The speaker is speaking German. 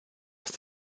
aus